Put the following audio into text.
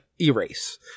erase